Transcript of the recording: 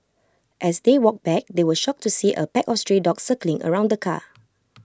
as they walked back they were shocked to see A pack of stray dogs circling around the car